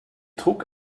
trug